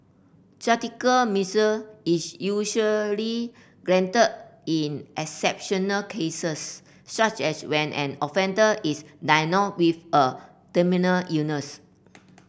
judicial mercy is usually granted in exceptional cases such as when an offender is diagnosed with a terminal illness